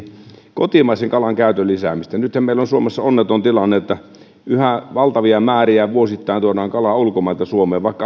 kotimaisen kalan käytön lisäämiseen nythän meillä on suomessa onneton tilanne että yhä valtavia määriä vuosittain tuodaan kalaa ulkomailta suomeen vaikka